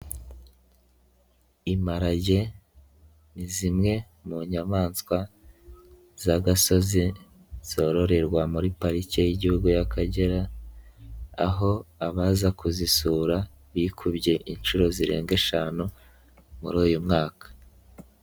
Imparage ni zimwe mu nyamaswa z'agasozi zororerwa muri parike y'igihugu y'Akagera, aho abaza kuzisura bikubye inshuro zirenga eshanu muri uyu mwaka.